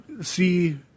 see